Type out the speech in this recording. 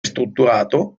strutturato